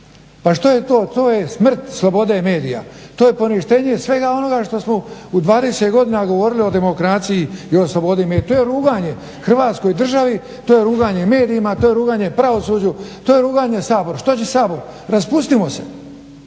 pa što je to? to je smrt slobode medija. To je poništenje svega onoga što smo u 20 godina govorili o demokraciji i o slobodi medija, to je ruganje Hrvatskoj državi, to je ruganje medijima, to je ruganje pravosuđu, to je ruganje Saboru. Što će Sabor? Raspustimo se.